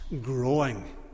growing